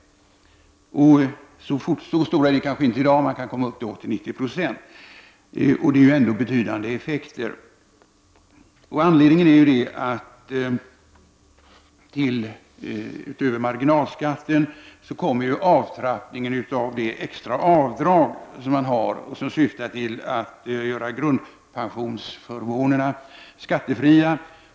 Så stora är effekterna kanske inte i dag, men man kan komma upp i 80 — 90 96. Det är ändå betydande effekter. Anledningen till detta är att utöver marginalskatten kommer avtrappningen av det extra avdrag som man har och som syftar till att göra grundpensionsförmånerna skattefria.